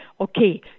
okay